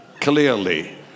clearly